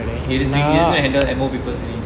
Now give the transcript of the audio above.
he is doing usually handle ammo papers only